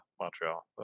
Montreal